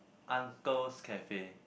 uncle's cafe